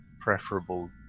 preferable